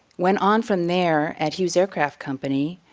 went on from there at hughes aircraft company,